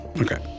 Okay